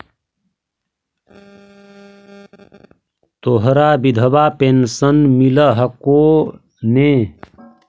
तोहरा विधवा पेन्शन मिलहको ने?